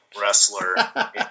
wrestler